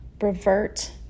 revert